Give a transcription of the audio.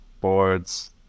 boards